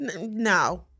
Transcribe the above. no